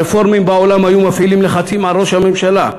הרפורמים בעולם היו מפעילים לחצים על ראש הממשלה,